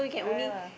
alright lah